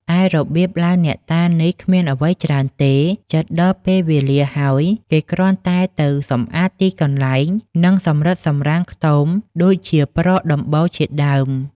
ឯរបៀបឡើងអ្នកតានេះគ្មានអ្វីច្រើនទេ ជិតដល់ពេលវេលាហើយ គេគ្រាន់តែទៅសំអាតទីកន្លែង និងសម្អិតសម្អាងខ្ទមដូចជាប្រក់ដំបូលជាដើម ។